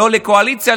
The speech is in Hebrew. לא לקואליציה,